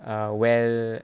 err well